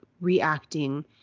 reacting